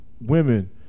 women